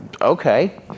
Okay